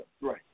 Right